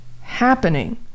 happening